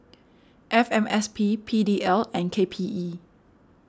F M S P P D L and K P E